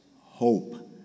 hope